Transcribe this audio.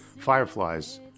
Fireflies